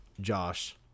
Josh